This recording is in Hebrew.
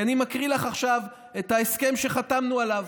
כי אני מקריא לך עכשיו את ההסכם שחתמנו עליו,